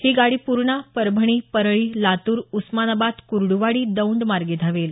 ही गाडी पूर्णा परभणी परळी लातूर उस्मानाबाद कुर्डूवाडी दौंड मार्गे धावेल